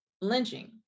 lynching